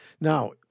Now